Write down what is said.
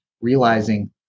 realizing